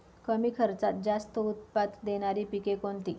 कमी खर्चात जास्त उत्पाद देणारी पिके कोणती?